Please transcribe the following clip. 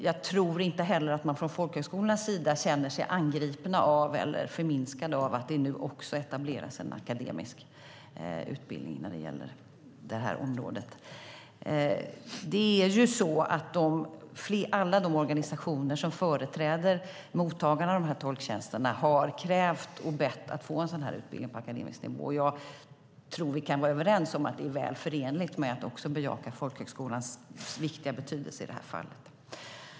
Jag tror inte heller att man från folkhögskolornas sida känner sig angripen eller förminskad av att det nu också etableras en akademisk utbildning på det här området. Alla de organisationer som företräder mottagarna av dessa tolktjänster har krävt och bett om en utbildning på akademisk nivå. Vi kan nog vara överens om att detta mycket väl är förenligt med att också bejaka folkhögskolans betydelse i det här fallet.